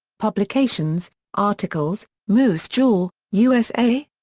publications articles moose jaw, u s a?